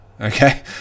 Okay